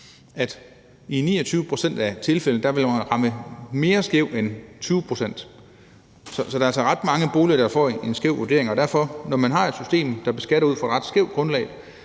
I 29 pct. af tilfældene vil man ramme mere skævt end 20 pct. Så der er altså ret mange boliger, der vil få en skæv vurdering, og derfor: Når man har et system, der beskatter ud fra et ret skævt grundlag,